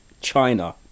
China